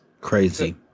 Crazy